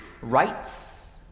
rights